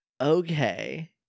okay